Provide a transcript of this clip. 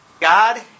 God